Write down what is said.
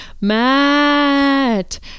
Matt